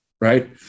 right